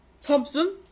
Thompson